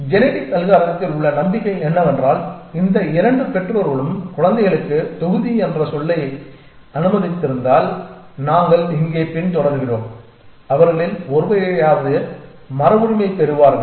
genetic அல்காரிதத்தில் உள்ள நம்பிக்கை என்னவென்றால் இந்த 2 பெற்றோர்களும் குழந்தைகளுக்கு தொகுதி என்று சொல்ல அனுமதித்திருந்தால் நாங்கள் இங்கே பின்தொடர்கிறோம் அவர்களில் ஒருவரையாவது மரபுரிமை பெறுவார்கள்